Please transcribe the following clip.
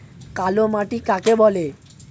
কালো মাটি কাকে বলে?